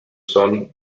sun